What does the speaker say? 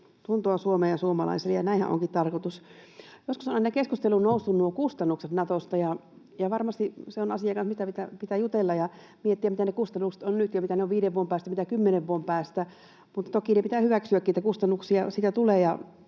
tuntoa Suomeen ja suomalaisille, ja näinhän onkin tarkoitus. Joskus aina ovat keskusteluun nousseet kustannukset Natosta. Varmasti se on asia, mistä pitää jutella ja miettiä, mitä ne kustannukset ovat nyt ja mitä ne ovat viiden vuoden päästä, mitä kymmenen vuoden päästä, mutta toki pitää hyväksyäkin, että kustannuksia siitä tulee,